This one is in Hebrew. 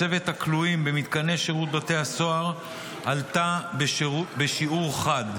מצבת הכלואים במתקני שירות בתי הסוהר עלתה בשיעור חד.